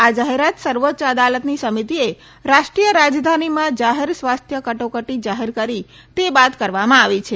આ જાહેરાત સર્વોચ્ય અદાલતની સમિતિએ રાષ્ટ્રીય રાજધાનીમાં જાહેર સ્વાસ્થ કટોકટી જાહેર કરી તે બાદ કરવામાં આવી છે